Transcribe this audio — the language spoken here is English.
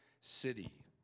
city